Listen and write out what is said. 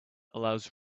allows